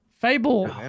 Fable